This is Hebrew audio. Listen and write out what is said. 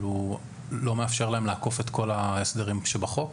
זה לא מאפשר להם לעקוף את כל ההסדרים שבחוק?